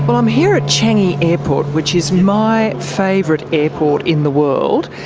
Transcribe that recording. but i'm here at changi airport, which is my favourite airport in the world,